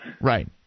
Right